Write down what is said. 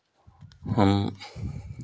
हम